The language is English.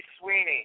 Sweeney